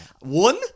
One